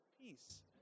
peace